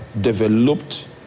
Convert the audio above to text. developed